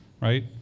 right